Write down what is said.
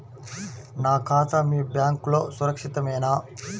నా ఖాతా మీ బ్యాంక్లో సురక్షితమేనా?